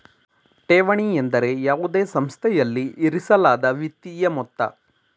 ಠೇವಣಿ ಎಂದರೆ ಯಾವುದೇ ಸಂಸ್ಥೆಯಲ್ಲಿ ಇರಿಸಲಾದ ವಿತ್ತೀಯ ಮೊತ್ತ